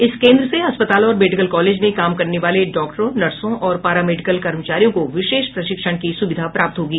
इस केन्द्र से अस्पताल और मेडिकल कॉलेज में काम करने वाले डॉक्टरों नर्सों और पारा मेडिकल कर्मचारियों को विशेष प्रशिक्षण की सुविधा प्राप्त होगी